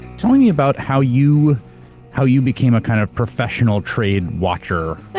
tell me me about how you how you became a kind of professional trade watcher?